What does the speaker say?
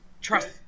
Trust